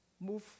move